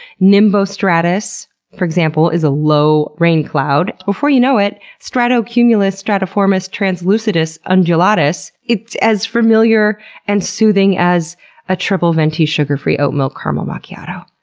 nimbostratus, for example, is a low raincloud. before you know it, stratocumulus stratiformis translucidus undulatus is as familiar and soothing as a triple venti sugar-free oat milk caramel macchiato.